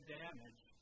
damage